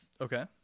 Okay